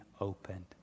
opened